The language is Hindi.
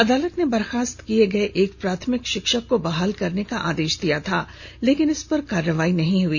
अदालत ने बर्खास्त किए गए एक प्राथमिक शिक्षक को बहाल करने का आदेश दिया था लेकिन इस पर कार्रवाई नहीं हुई